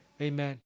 Amen